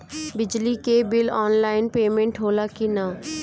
बिजली के bill online payment होला कि ना?